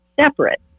separate